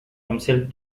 himself